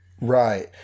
Right